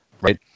right